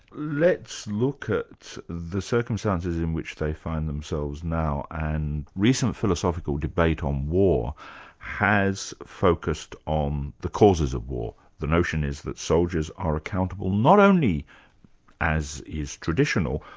let's look at the circumstances in which they find themselves now and recent philosophical debate on war has focused on the causes of war the notion is that soldiers are accountable not only as is traditional,